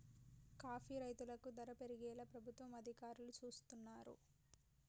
coffee రైతులకు ధర పెరిగేలా ప్రభుత్వ అధికారులు సూస్తున్నారు